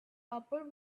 upper